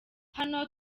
hano